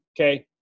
okay